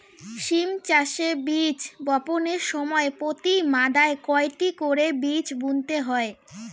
সিম চাষে বীজ বপনের সময় প্রতি মাদায় কয়টি করে বীজ বুনতে হয়?